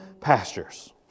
pastures